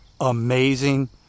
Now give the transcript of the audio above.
amazing